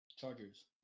Chargers